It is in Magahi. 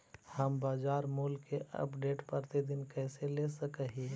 हम बाजार मूल्य के अपडेट, प्रतिदिन कैसे ले सक हिय?